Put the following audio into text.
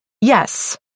Yes